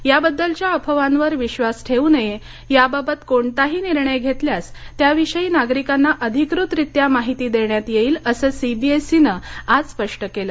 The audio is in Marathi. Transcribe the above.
या बद्दलच्या अफवांवर विश्वास ठेवू नये याबाबत कोणताही निर्णय घेतल्यास त्याविषयी नागरिकांना अधिकृत रित्या माहिती देण्यात येईल असं सीबीएसईनं आज स्पष्ट केलं